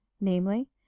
namely